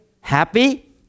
happy